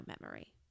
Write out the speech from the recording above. memory